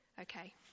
Okay